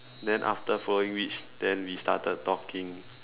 then after following which then we started talking